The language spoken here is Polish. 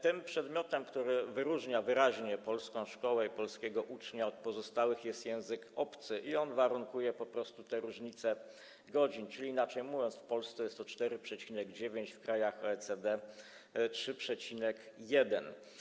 Tym przedmiotem, który odróżnia wyraźnie polską szkołą i polskiego ucznia od pozostałych, jest język obcy i on warunkuje po prostu te różnice w godzinach - w Polsce jest to 4,9 godziny, w krajach OECD - 3,1.